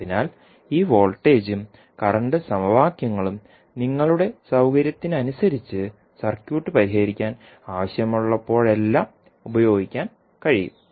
അതിനാൽ ഈ വോൾട്ടേജും കറന്റ് സമവാക്യങ്ങളും നിങ്ങളുടെ സൌകരൃത്തിനനുസരിച്ച് സർക്യൂട്ട് പരിഹരിക്കാൻ ആവശ്യമുള്ളപ്പോഴെല്ലാം ഉപയോഗിക്കാൻ കഴിയും